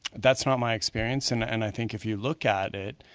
that's not my experience. and and i think if you look at it,